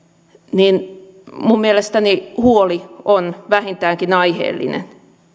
niin minun mielestäni huoli on vähintäänkin aiheellinen